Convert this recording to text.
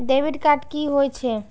Debit card की होय छे?